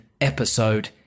episode